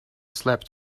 slept